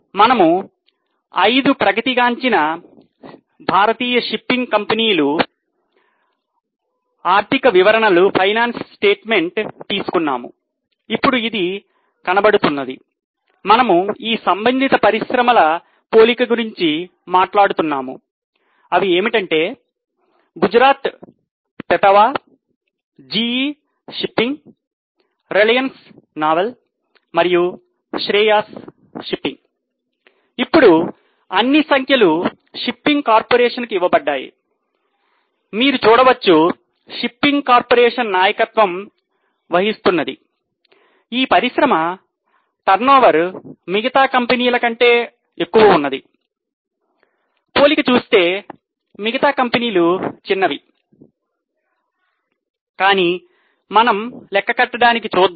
మనము ఐదు ప్రగతి గాంచిన భారతీయ షిప్పింగ్ కంపెనీలు ఆర్థిక వివరణలు శాతములో చూద్దాం